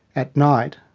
at night,